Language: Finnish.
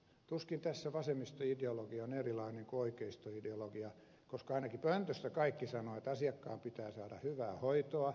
tuskin tässä vasemmistoideologia on erilainen kuin oikeistoideologia koska ainakin pöntöstä kaikki sanovat että asiakkaan pitää saada hyvää hoitoa